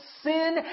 sin